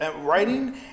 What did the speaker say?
Writing